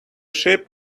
ship